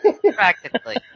Practically